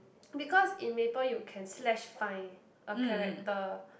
because in Maple you can slash find a character